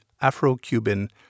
Afro-Cuban